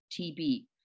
TB